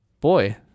boy